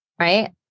right